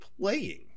playing